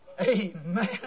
Amen